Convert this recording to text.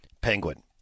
penguin